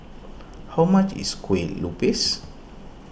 how much is Kue Lupis